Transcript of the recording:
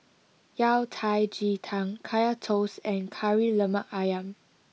Yao Cai Ji Tang Kaya Toast and Kari Lemak Ayam